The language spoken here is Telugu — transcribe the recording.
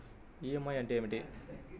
ఈ.ఎం.ఐ అంటే ఏమిటి?